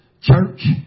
church